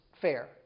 fair